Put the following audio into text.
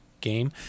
game